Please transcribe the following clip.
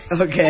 Okay